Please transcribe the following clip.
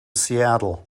seattle